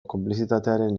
konplizitatearen